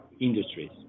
industries